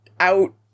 Out